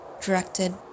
directed